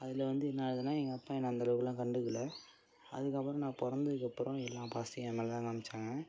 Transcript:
அதில் வந்து என்னாகுதுன்னா எங்கள் அப்பா என்னை அந்த அளவுக்கெல்லாம் கண்டுக்கல அதுக்கப்புறம் நான் பிறந்ததுக்கு அப்புறம் எல்லா பாசத்தையும் என் மேலே தான் காம்மிச்சாங்க